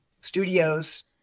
studios